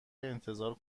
انتظار